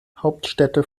hauptstädte